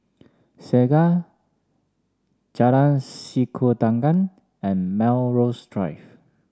Segar Jalan Sikudangan and Melrose Drive